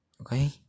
Okay